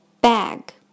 Bag